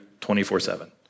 24-7